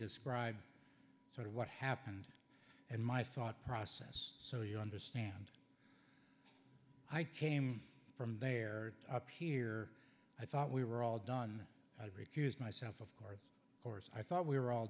describe sort of what happened and my thought process so you understand i came from there up here i thought we were all done recused myself of course of course i thought we were all